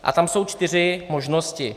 A tam jsou čtyři možnosti.